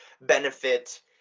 benefit